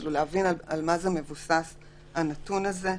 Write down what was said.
מזה אפשר להבין על מה מבוסס העניין הזה.